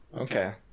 Okay